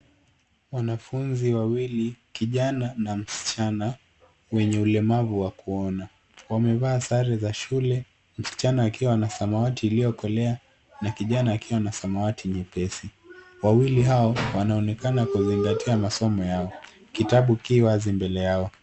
Wanafunzi wawili, kijana na msichana wenye ulemavu wa kuona. Wamevaa sare za shule, msichana akiwa na samawati iliyokolea na kijana akiwa na samawati nyepesi. Wawili hao wanaonekana kuzingatia masomo yao. Kitabu ki wazi mbele yao.